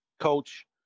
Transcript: Coach